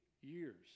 years